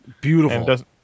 Beautiful